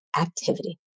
activity